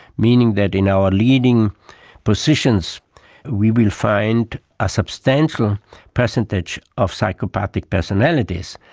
meaning that in our leading positions we will find a substantial percentage of psychopathic personalities.